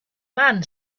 man